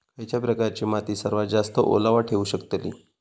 खयच्या प्रकारची माती सर्वात जास्त ओलावा ठेवू शकतली?